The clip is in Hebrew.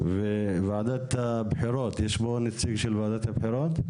וועדת הבחירות, יש פה נציג של וועדת הבחירות?